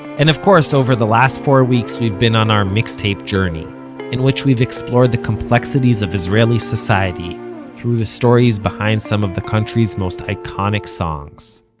and of course, over the last four weeks we've been on our mixtape journey in which we've explored the complexities of israeli society through the stories behind some of the country's most iconic songs